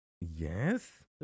Yes